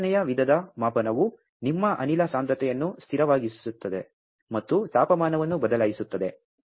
ಎರಡನೆಯ ವಿಧದ ಮಾಪನವು ನಿಮ್ಮ ಅನಿಲ ಸಾಂದ್ರತೆಯನ್ನು ಸ್ಥಿರವಾಗಿರಿಸುತ್ತದೆ ಮತ್ತು ತಾಪಮಾನವನ್ನು ಬದಲಾಯಿಸುತ್ತದೆ